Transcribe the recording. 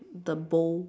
the bow